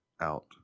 out